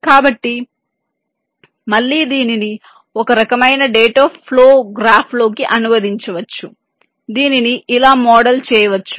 కాబట్టి మళ్ళీ దీనిని ఒక రకమైన డేటా ఫ్లో గ్రాఫ్లోకి అనువదించవచ్చు దీనిని ఇలా మోడల్ చేయవచ్చు